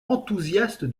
enthousiaste